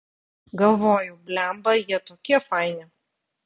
galvoju blemba jie tokie faini